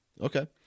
Okay